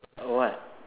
a what